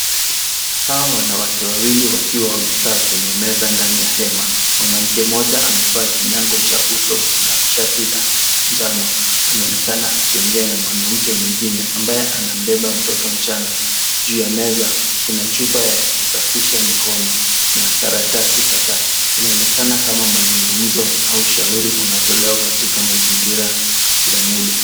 Hawa wanawake wawili wakiwa wamekaa kwenye meza ndani ya hema, mwanamke mmoja amevaa kinyago cha uso na shati la njano, anaonekana akiongea na mwanamke mwingine ambaye anambeba mtoto mchanga, juu ya meza kuna chupa ya kusafisha mikono na karatasi kadhaa, inaonekana kama mazungumzo au ushauri unaotolewa katika mazingira ya muda.